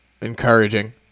encouraging